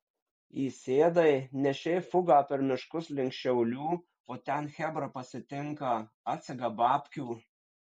įsėdai nešei fugą per miškus link šiaulių o ten chebra pasitinka atsega babkių